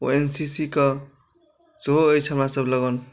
ओ N C C के सेहो अछि हमरासब लगन